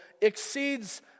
exceeds